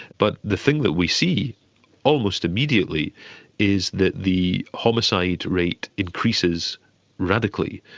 but the thing that we see almost immediately is that the homicide rate increases radically.